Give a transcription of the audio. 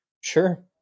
Sure